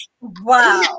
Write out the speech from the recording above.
wow